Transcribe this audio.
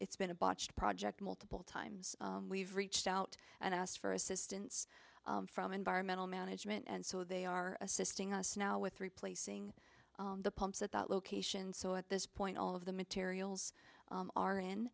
it's been a botched project multiple times we've reached out and asked for assistance from environmental management and so they are assisting us now with replacing the pumps at that location so at this point all of the materials are in